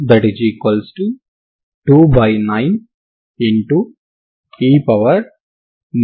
C29e 3